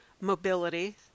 mobility